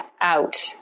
out